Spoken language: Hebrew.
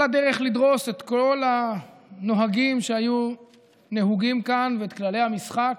ועל הדרך לדרוס את כל הנוהגים שהיו נהוגים כאן ואת כללי המשחק.